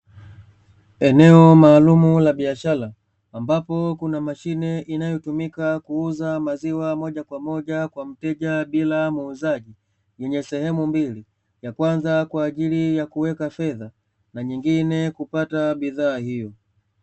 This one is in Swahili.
Eneo maalumu la biashara ambapo kuna mashine inayotumika kuuza maziwa moja kwa moja kwa mteja bila muuzaji, lenye sehemu mbili. Ya kwanza kwa ajili ya kuweka fedha, na nyingine kupata bidhaa hiyo.